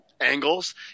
angles